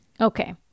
Okay